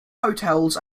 hotels